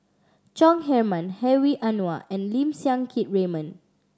Chong Heman Hedwig Anuar and Lim Siang Keat Raymond